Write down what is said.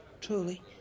Truly